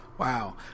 Wow